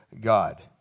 God